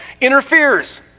interferes